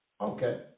Okay